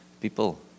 People